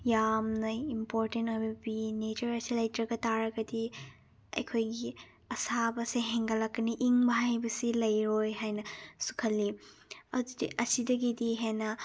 ꯌꯥꯝꯅ ꯏꯝꯄꯣꯔꯇꯦꯟ ꯑꯣꯏꯕ ꯄꯤ ꯅꯦꯆꯔ ꯑꯁꯤ ꯂꯩꯇꯕ ꯇꯥꯔꯒꯗꯤ ꯑꯩꯈꯣꯏꯒꯤ ꯑꯁꯥꯕꯁꯦ ꯍꯦꯟꯒꯠꯂꯛꯀꯅꯤ ꯏꯪꯕ ꯍꯥꯏꯕꯁꯤ ꯂꯩꯔꯣꯏ ꯍꯥꯏꯅꯁꯨ ꯈꯜꯂꯤ ꯑꯗꯨꯗꯤ ꯑꯁꯤꯗꯒꯤ ꯍꯦꯟꯅ